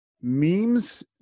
memes